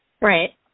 Right